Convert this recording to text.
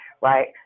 right